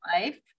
life